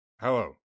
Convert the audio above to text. Hello